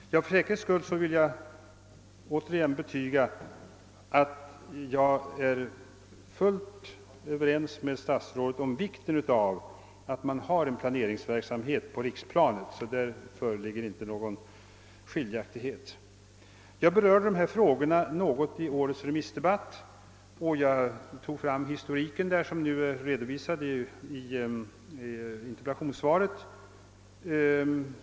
För säkerhets skull vill jag åter betyga att jag är helt ense med statsrådet om vikten av att ha en planeringsverksamhet på riksplanet. Där föreligger sålunda inga delade meningar. Jag berörde dessa frågor något i årets remissdebatt och gjorde då den historik som nu har redovisats i interpellationssvaret.